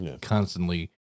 constantly